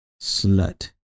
slut